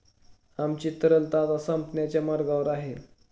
आमची तरलता आता संपण्याच्या मार्गावर आहे